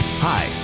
Hi